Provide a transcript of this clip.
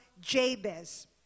Jabez